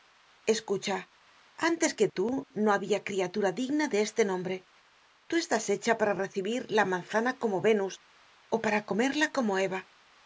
escucha antes que tú no habia criatura digna de este nombre tú estás hecha para recibir la manzana como venus ó para comerla como eva